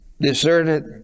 deserted